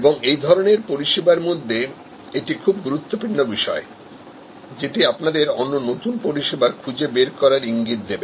এবং এই ধরনের পরিষেবার মধ্যে এটি খুব গুরুত্বপূর্ণ বিষয় যেটা আপনাদের অন্য নতুন পরিষেবা খুঁজে বের করার ইঙ্গিত দেবে